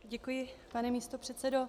Děkuji, pane místopředsedo.